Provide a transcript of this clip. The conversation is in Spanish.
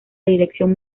dirección